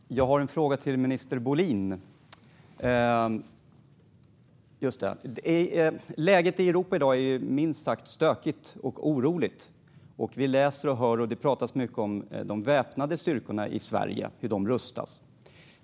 Herr talman! Jag har en fråga till minister Bohlin. Läget i Europa i dag är minst sagt stökigt och oroligt. Vi läser och hör mycket om de väpnade styrkorna i Sverige och hur de rustas.